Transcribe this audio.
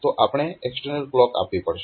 તો આપણે external clock આપવી પડશે